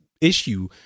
issue